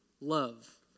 love